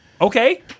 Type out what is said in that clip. Okay